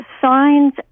signs